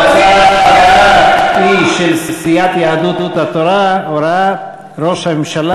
ההצעה הבאה היא של סיעת יהדות התורה: הוראת ראש הממשלה